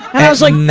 and i was like,